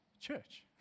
church